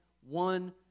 one